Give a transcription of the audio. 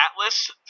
Atlas